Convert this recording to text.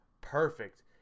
Perfect